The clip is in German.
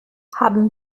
haben